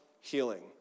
healing